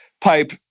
Pipe